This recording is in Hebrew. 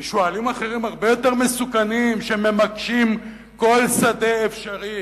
משועלים אחרים הרבה יותר מסוכנים שממקשים כל שדה אפשרי,